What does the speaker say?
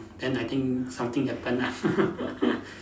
then I think something happen ah